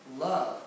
Love